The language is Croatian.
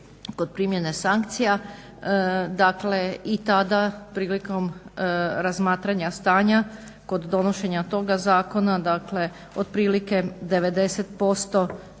kod primjene sankcija. Dakle, i tada prilikom razmatranja stanja kod donošenja toga zakona dakle otprilike u